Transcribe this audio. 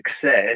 success